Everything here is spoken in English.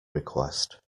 request